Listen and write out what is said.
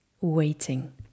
waiting